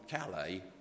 Calais